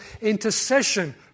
intercession